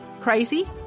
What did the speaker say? crazy